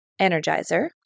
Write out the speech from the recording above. energizer